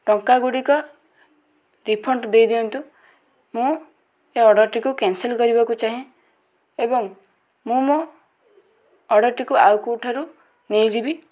ଟଙ୍କାଗୁଡ଼ିକ refund ଦେଇଦିଅନ୍ତୁ ମୁଁ ଏ ଅର୍ଡ଼ରଟିକୁ କ୍ୟାନ୍ସେଲ୍ କରିବାକୁ ଚାହେଁ ଏବଂ ମୁଁ ମୋ ଅର୍ଡ଼ର୍ଟିକୁ ଆଉ କେଉଁଠାରୁ ନେଇଯିବି